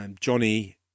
Johnny